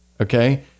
okay